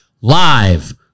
live